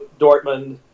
Dortmund